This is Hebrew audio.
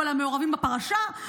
על המעורבים בפרשה.